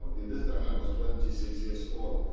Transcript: in this time i was twenty six years old.